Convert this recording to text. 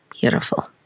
Beautiful